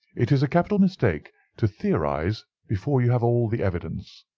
it is a capital mistake to theorize before you have all the evidence.